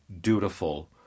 dutiful